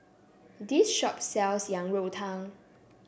this shop sells Yang Rou Tang